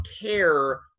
care